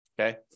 okay